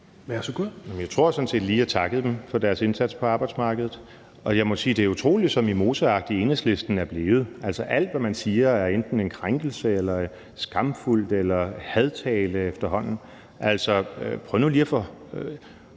Jeg tror sådan set lige, at jeg takkede dem for deres indsats på arbejdsmarkedet. Jeg må sige, at det er utroligt, hvor mimoseagtige Enhedslisten er blevet. Altså, alt, hvad man siger, er enten en krænkelse eller skamfuldt eller hadtale efterhånden. Burde